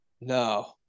No